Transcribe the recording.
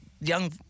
young